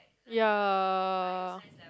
ya